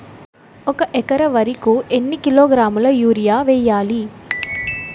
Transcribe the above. ఒక ఎకర వరి కు ఎన్ని కిలోగ్రాముల యూరియా వెయ్యాలి?